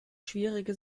schwierige